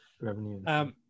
revenue